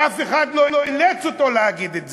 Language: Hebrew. ואף אחד לא אילץ אותו להגיד את זה,